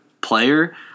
player